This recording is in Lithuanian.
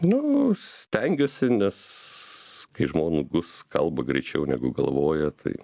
nu stengiuosi nes kai žmogus kalba greičiau negu galvoja tai